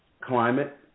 climate